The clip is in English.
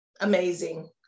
amazing